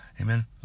amen